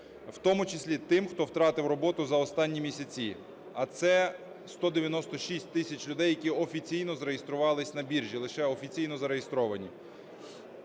в тому числі тим, хто втратив роботу за останні місяці, а це 196 тисяч людей, які офіційно зареєструвалися на біржі, лише офіційно зареєстровані.